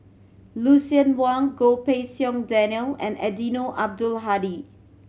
Lucien Wang Goh Pei Siong Daniel and Eddino Abdul Hadi